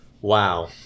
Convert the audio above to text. Wow